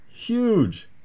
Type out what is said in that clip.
Huge